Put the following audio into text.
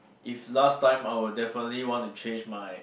if last time I would definitely want to change my